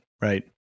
Right